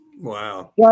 Wow